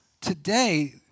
Today